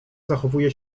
zachowuje